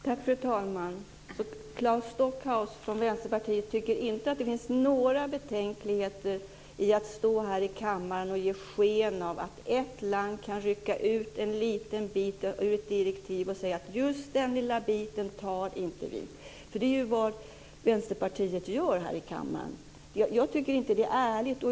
Fru talman! Claes Stockhaus från Vänsterpartiet tycker alltså inte att det finns några betänkligheter i att stå här i kammaren och ge sken av att ett land kan rycka ut en liten bit ur ett direktiv och säga att just den lilla biten antar inte vi? Det är ju vad Vänsterpartiet gör här i kammaren. Jag tycker inte att det är ärligt.